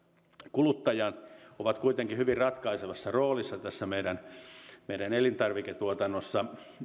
kuluttajat ovat kuitenkin hyvin ratkaisevassa roolissa tässä meidän meidän elintarviketuotannossa